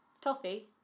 Toffee